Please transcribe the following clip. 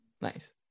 Nice